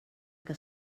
que